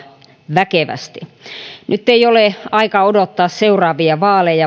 väkevästi nyt ei ole aika odottaa seuraavia vaaleja